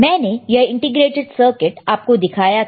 मैंने यह integrated circuit आपको दिखाया था